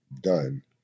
done